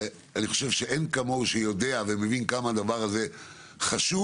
אני חושב שאין כמוהן שיודע ומבין כמה הדבר הזה חשוב.